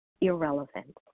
irrelevant